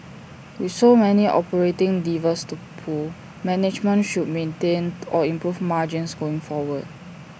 with so many operating levers to pull management should maintain or improve margins going forward